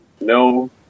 no